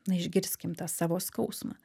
na išgirskim tą savo skausmą